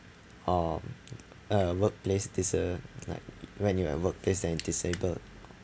or uh workplace dis~ uh like when you're at workplace and disabled